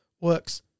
works